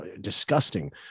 disgusting